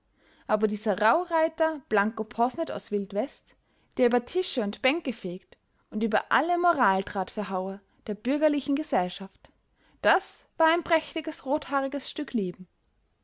aber dieser rauhreiter blanco posnet aus wildwest der über tische und bänke fegt und über alle moraldrahtverhaue der bürgerlichen gesellschaft das war ein prächtiges rothaariges stück leben